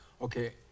Okay